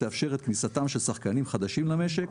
תאפשר את כניסתם של שחקנים חדשים למשק,